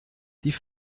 die